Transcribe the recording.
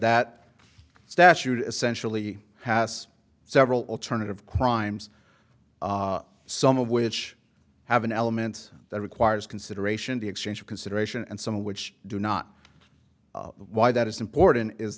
that statute essentially has several alternative crimes some of which have an element that requires consideration the exchange of consideration and some which do not why that is important is